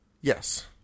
Yes